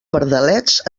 pardalets